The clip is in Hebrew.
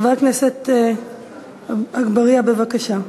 חבר הכנסת אגבאריה, בבקשה.